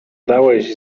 dałeś